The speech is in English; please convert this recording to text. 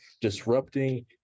disrupting